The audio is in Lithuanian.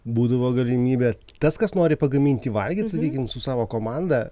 būdavo galimybė tas kas nori pagaminti valgyt sakykim su savo komanda